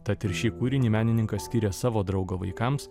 tad ir šį kūrinį menininkas skyrė savo draugo vaikams